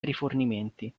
rifornimenti